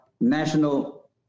national